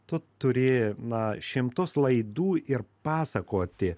tu turi na šimtus laidų ir pasakoti